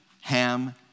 Ham